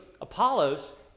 Apollos